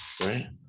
right